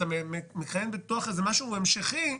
במשהו המשכי,